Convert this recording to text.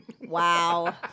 Wow